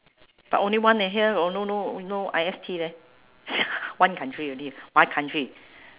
but only one eh here no no no I_S_T leh one country only one country